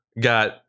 got